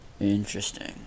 Interesting